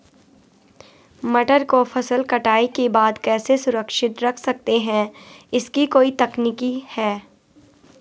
मटर को फसल कटाई के बाद कैसे सुरक्षित रख सकते हैं इसकी कोई तकनीक है?